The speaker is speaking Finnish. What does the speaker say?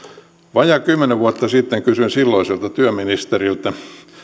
vajaa kymmenen vuotta sitten kysyin silloiselta työministeriltä